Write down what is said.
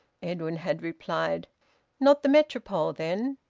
edwin had replied not the metropole, then?